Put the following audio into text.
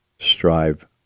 Strive